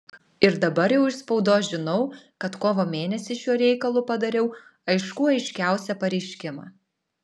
ir dabar jau iš spaudos žinau kad kovo mėnesį šiuo reikalu padariau aiškų aiškiausią pareiškimą